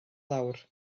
lawr